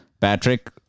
Patrick